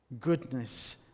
goodness